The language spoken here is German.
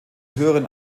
höheren